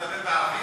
לדבר בערבית?